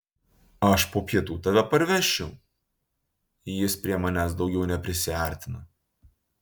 aš po pietų tave parvežčiau jis prie manęs daugiau neprisiartino